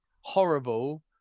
horrible